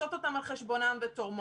משפצות אותם על חשבונן ותורמות.